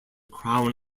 crown